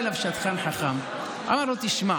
עד שבא אליו שדכן חכם ואמר לו: תשמע,